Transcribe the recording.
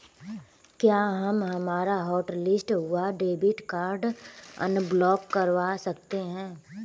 क्या हम हमारा हॉटलिस्ट हुआ डेबिट कार्ड अनब्लॉक करवा सकते हैं?